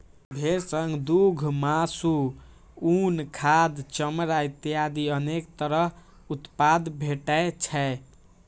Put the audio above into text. भेड़ सं दूघ, मासु, उन, खाद, चमड़ा इत्यादि अनेक तरह उत्पाद भेटै छै